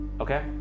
Okay